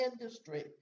industry